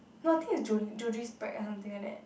no I think it's jol~ Judy Speck or something like that